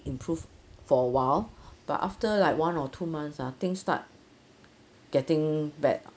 improve for awhile but after like one or two months ah things start getting bad